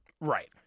Right